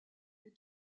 les